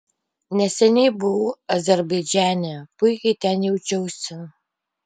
neseniai buvau azerbaidžane puikiai ten jaučiausi